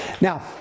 Now